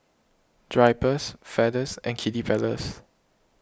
Drypers Feathers and Kiddy Palace